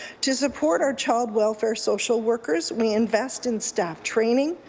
to support our child welfare social workers we invest in staff training,